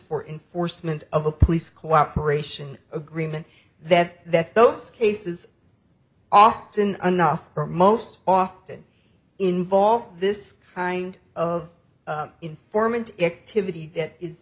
for enforcement of a police cooperation agreement that that those cases often enough or most often involve this kind of informant activity that is